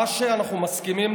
מה שאנחנו מסכימים,